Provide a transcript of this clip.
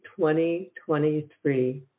2023